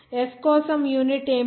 S కోసం unit ఏమిటి